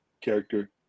character